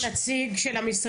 אפשר תמיד לשלוח נציג של המשרד,